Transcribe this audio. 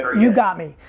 you got me.